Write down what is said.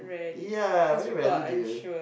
yeah very rarely do you